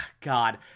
God